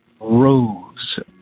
rose